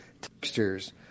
textures